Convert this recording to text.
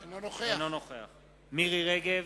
אינו נוכח מירי רגב,